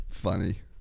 funny